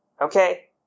Okay